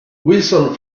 wilson